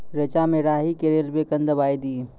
रेचा मे राही के रेलवे कन दवाई दीय?